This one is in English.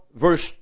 verse